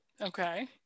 Okay